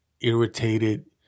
irritated